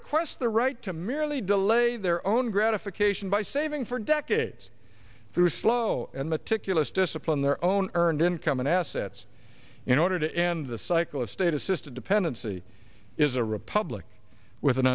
t the right to merely delay their own gratification by saving for decades through slow and meticulous discipline their own earned income and assets in order to end the cycle of state assisted dependency is a republic with an